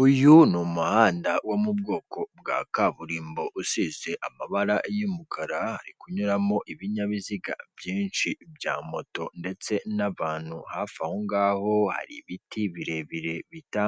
Ibikorwaremezo ni kimwe mu bigize igihugu cyacu cy'u Rwanda hakaba harimo amazu, amapoto y'amashanyarazi, imihanda minini kandi myiza, akaba ari n'imihanda isukuye, akaba ari n'umujyi urangwamo isuku, akaba ari umujyi w'igihugu cyacu